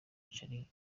charlie